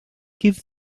give